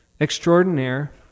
extraordinaire